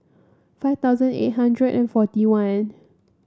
five thousand eight hundred and forty one